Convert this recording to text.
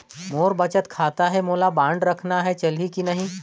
मोर बचत खाता है मोला बांड रखना है चलही की नहीं?